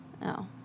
No